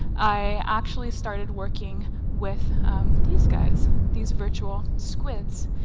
i actually started working with these guys these virtual squids.